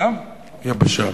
"ים יבשה".